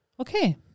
Okay